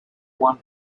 one